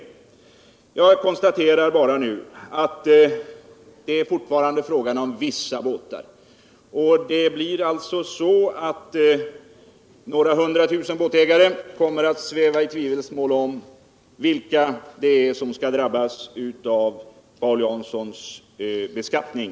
Slutligen konstaterar jag att det fortfarande är fråga om vissa båtar. Det blir med andra ord på det sättet att några hundra tusen båtägare kommer att vara osäkra om vilka som skall drabbas av Paul Janssons beskattning.